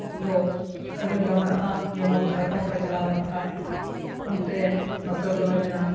ᱫᱚ ᱟᱹᱰᱤ ᱞᱮᱠᱟ ᱢᱮᱱᱟᱜᱼᱟ ᱡᱮᱢᱚᱱ ᱡᱷᱟᱲᱠᱷᱚᱱ ᱨᱮ ᱪᱟᱞᱟᱣ ᱞᱮᱱ ᱠᱷᱟᱱ ᱚᱱᱛᱮ ᱱᱚᱛᱮ ᱫᱚᱞᱮ ᱢᱮᱱᱟ